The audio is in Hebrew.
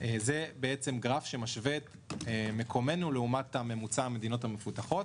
זה גרף שמשווה את מקומנו לעומת ממוצע המדינות המפותחות.